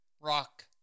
rock